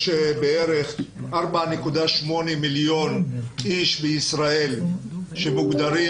יש כ-4.8 מיליון אנשים בישראל שמוגדרים